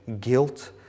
guilt